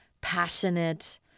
passionate